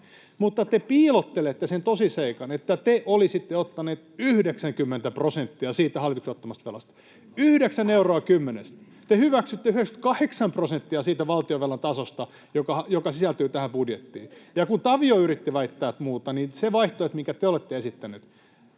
niin te piilotatte sen tosiseikan, että te olisitte ottaneet 90 prosenttia siitä hallituksen ottamasta velasta, yhdeksän euroa kymmenestä. Te hyväksytte 98 prosenttia siitä valtionvelan tasosta, joka sisältyy tähän budjettiin. Ja kun Tavio yritti väittää muuta, niin se vaihtoehto, minkä te olette esittäneet,